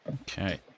Okay